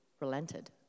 relented